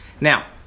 now